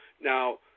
Now